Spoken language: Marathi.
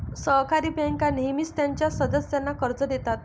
सहकारी बँका नेहमीच त्यांच्या सदस्यांना कर्ज देतात